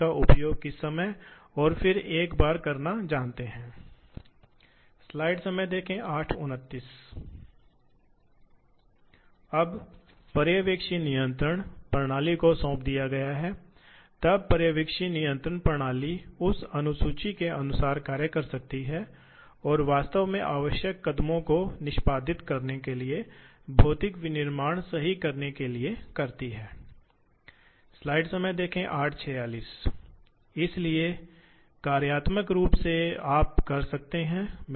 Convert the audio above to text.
दो के लिए तालिका के दो आयामी गति बनाने के लिए इस तरह का एक तंत्र बनाया जाता है जहां एक स्लाइड होती है इसलिए यह स्लाइड कर सकता है हम केवल एक दिशा में गति दिखा रहे हैं इसलिए इस प्रकार इसमें दिशा स्लाइड है स्लाइड इस ओर बढ़ सकती है क्योंकि यह एक गेंद पेंच के रूप में जाना जाता है से जुड़ा है इसलिए यह एक गेंद पेंच है इसलिए ड्राइव अभी भी एक मोटर है इसलिए एक मोटर है जो गेंद पेंच के लिए युग्मित है शायद एक गियर के माध्यम से